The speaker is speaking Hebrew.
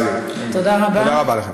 תודה רבה לכם.